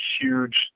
huge